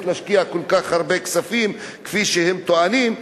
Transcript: להשקיע כל כך הרבה כספים כפי שהם טוענים,